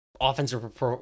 offensive